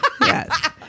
Yes